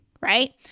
right